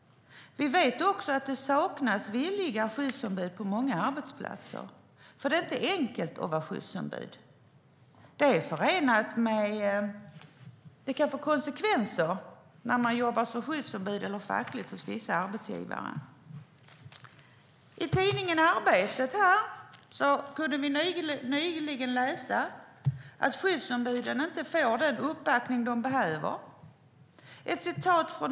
Vi vet också att det saknas villiga skyddsombud på många arbetsplatser. Det är inte enkelt att vara skyddsombud. Det kan få konsekvenser hos vissa arbetsgivare när man jobbar som skyddsombud eller har ett fackligt uppdrag. I tidningen Arbetet, som jag har med mig här, kunde vi nyligen läsa att skyddsombuden inte får den uppbackning de behöver.